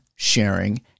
sharing